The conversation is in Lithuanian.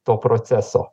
to proceso